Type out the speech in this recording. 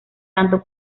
tanto